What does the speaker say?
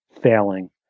failing